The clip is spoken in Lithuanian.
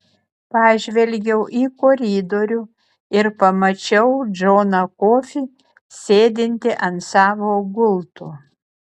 pažvelgiau į koridorių ir pamačiau džoną kofį sėdintį ant savo gulto